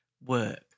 work